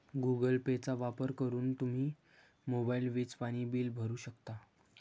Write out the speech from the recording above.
Google पेचा वापर करून तुम्ही मोबाईल, वीज, पाणी बिल भरू शकता